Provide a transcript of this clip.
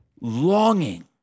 longing